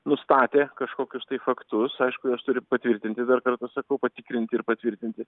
nustatė kažkokius tai faktus aišku juos turi patvirtinti dar kartą sakau patikrinti ir patvirtinti